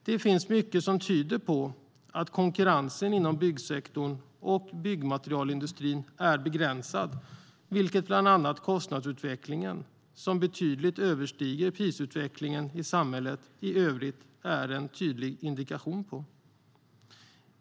Det finns mycket som tyder på att konkurrensen inom byggsektorn och byggmaterialindustrin är begränsad, vilket bland annat kostnadsutvecklingen, som betydligt överstiger prisutvecklingen i samhället i övrigt, är en tydlig indikation på.